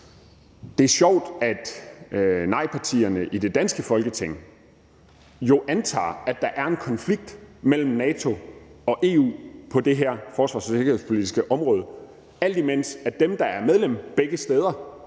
Det er sjovt, at nejpartierne i det danske Folketing jo antager, at der er en konflikt mellem NATO og EU på det forsvars- og sikkerhedspolitiske område, alt imens dem, der er medlem begge steder,